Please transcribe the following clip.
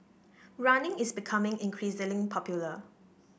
running is becoming increasingly popular